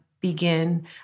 begin